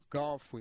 golf